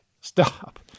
stop